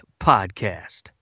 podcast